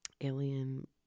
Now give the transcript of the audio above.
alien